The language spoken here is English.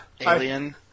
Alien